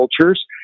cultures